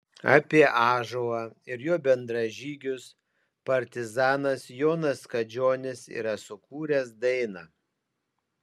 apie ąžuolą ir jo bendražygius partizanas jonas kadžionis yra sukūręs dainą